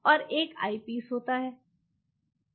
और एक ऑयपीस होता हैं